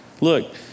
look